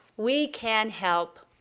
we can help.